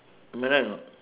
am I right or not